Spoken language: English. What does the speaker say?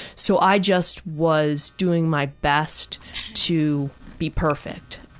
so i just was doing my best to be perfect.